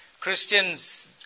Christians